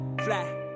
fly